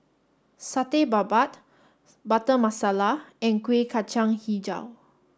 Satay Babat Butter Masala and Kueh Kacang Hijau